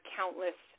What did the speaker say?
countless